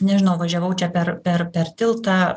nežinau važiavau čia per per per tiltą